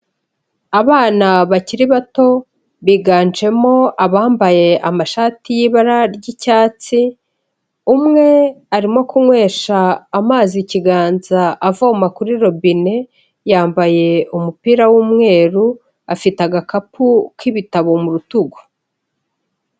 Abana bakiri bato biganjemo abambaye amashati y'ibara ry'icyatsi, umwe arimo kunywesha amazi ikiganza avoma kuri robine yambaye umupira w'umweru afite agakapu k'ibitabo mu rutugu.